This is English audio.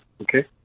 okay